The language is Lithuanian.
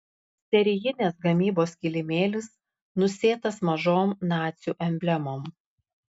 serijinės gamybos kilimėlis nusėtas mažom nacių emblemom